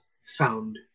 found